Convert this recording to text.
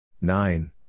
Nine